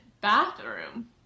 bathroom